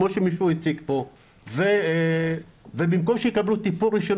כמו שמישהו הציג פה ובמקום שיקבלו טיפול ראשוני